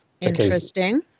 Interesting